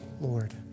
Lord